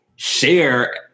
share